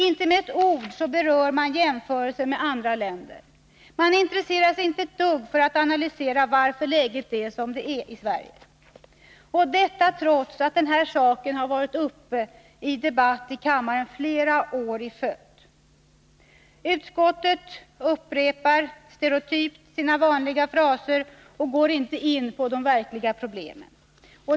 Inte med ett ord berör man jämförelserna med andra länder. Man intresserar sig inte ett dugg för att analysera varför läget är som det är i Sverige. Detta sker trots att denna fråga har varit uppe till debatt i kammaren flera år i följd. Utskottet upprepar stereotypt sina vanliga fraser och går inte in på de verkliga problemen.